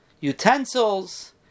utensils